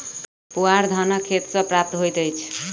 पुआर धानक खेत सॅ प्राप्त होइत अछि